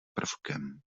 prvkem